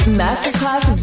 masterclass